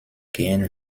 gehen